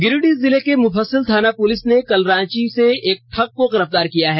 गिरिडीह जिले की मुफस्सिल थाना पुलिस ने कल रांची से एक ठग को गिरफ्तार किया है